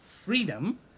freedom